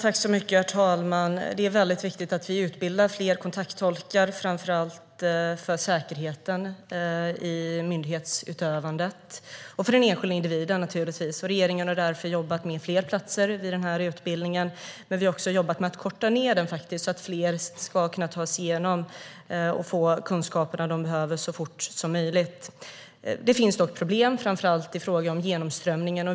Herr talman! Det är väldigt viktigt att vi utbildar fler kontakttolkar, framför allt för säkerheten i myndighetsutövandet och givetvis för den enskilda individen. Regeringen har därför jobbat med fler platser vid denna utbildning. Vi har också jobbat med att korta ned den så att fler ska kunna ta sig igenom den och så fort som möjligt få de kunskaper de behöver. Det finns dock problem, framför allt i fråga om genomströmningen.